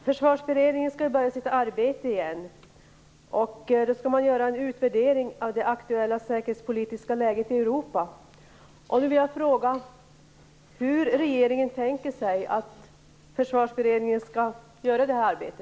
Fru talman! Jag vill ställa en fråga till försvarsministern. Försvarsberedningen skall ju börja sitt arbete igen. Då skall man göra en utvärdering av det aktuella säkerhetspolitiska läget i Europa. Jag vill fråga hur regeringen tänker sig att Försvarsberedningen skall utföra detta arbete.